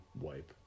wipe